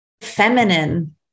feminine